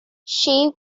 she